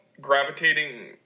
gravitating